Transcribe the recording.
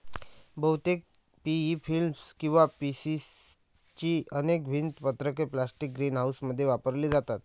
बहुतेक P E film किंवा P C ची अनेक भिंत पत्रके प्लास्टिक ग्रीनहाऊसमध्ये वापरली जातात